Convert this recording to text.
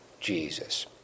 Jesus